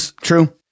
true